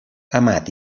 amat